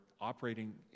operating